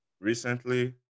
recently